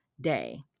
day